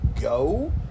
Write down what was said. go